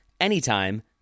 anytime